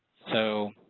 so